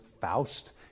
Faust